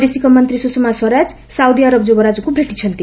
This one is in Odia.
ବୈଦେଶିକ ମନ୍ତ୍ରୀ ସୁଷମା ସ୍ୱରାଜ ସାଉଦି ଆରବ ଯୁବରାଜଙ୍କୁ ଭେଟିଛନ୍ତି